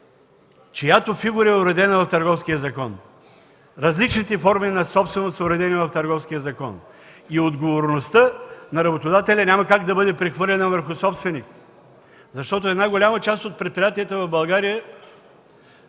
чиято фигура е уредена в Търговския закон. Различните форми на собственост са уредени в Търговския закон и отговорността на работодателя няма как да бъде прехвърлена върху собственика, защото голяма част от предприятията в България